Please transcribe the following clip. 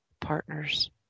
partners